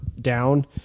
down